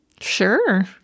Sure